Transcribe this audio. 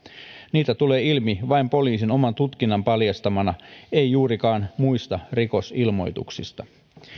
niitä tulee ilmi vain poliisin oman tutkinnan paljastamana ei juurikaan muista rikosilmoituksista